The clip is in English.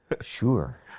sure